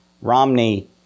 Romney